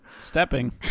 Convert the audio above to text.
Stepping